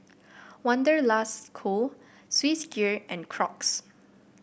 Wanderlust Co Swissgear and Crocs